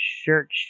shirt